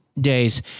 Days